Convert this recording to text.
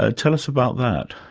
ah tell us about that.